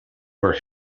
were